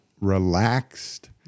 relaxed